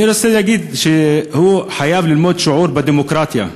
אני רוצה להגיד שהוא חייב ללמוד שיעור בדמוקרטיה,